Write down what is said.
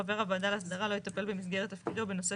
חבר הוועדה להסדרה לא יטפל במסגרת תפקידו בנושא